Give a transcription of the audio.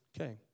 okay